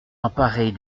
emparée